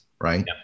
right